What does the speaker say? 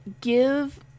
give